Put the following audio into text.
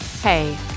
Hey